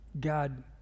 God